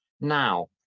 Now